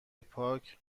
پاک